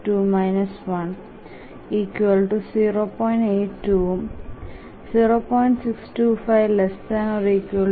82ഉം 0